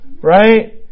right